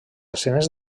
escenes